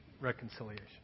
reconciliation